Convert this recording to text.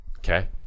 Okay